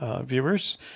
viewers